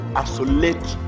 isolate